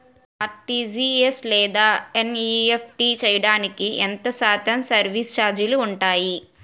RTGS లేదా NEFT చేయడానికి ఎంత శాతం సర్విస్ ఛార్జీలు ఉంటాయి?